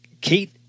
Kate